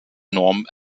norm